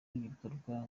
w’ibikorwa